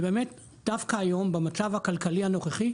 באמת דווקא היום במצב הכלכלי הנוכחי,